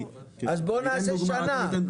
אז בוא נעשה שנה.